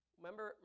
remember